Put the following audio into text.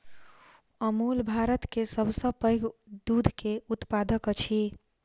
अमूल भारत के सभ सॅ पैघ दूध के उत्पादक अछि